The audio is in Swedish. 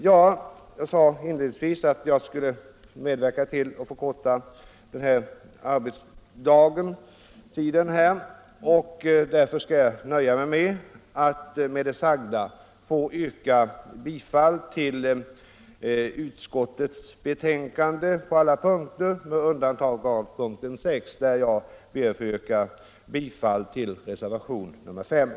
Jag sade inledningsvis att jag skulle medverka till att förkorta den här arbetsdagen, och därför skall jag begränsa mig till att med det sagda yrka bifall till utskottets hemställan på alla punkter med undantag av punkten 6, där jag ber att få yrka bifall till reservationen §.